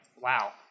Wow